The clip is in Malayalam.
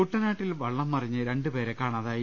കുട്ടനാട്ടിൽ വള്ളം മറിഞ്ഞ് രണ്ടു പേരെ കാണാതായി